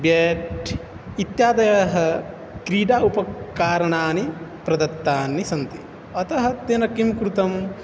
bat इत्यादयः क्रीडा उपकरणानि प्रदत्तानि सन्ति अतः तेन किं कृतं